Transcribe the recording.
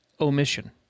omission